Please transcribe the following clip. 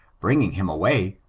bringing him away,